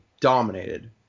dominated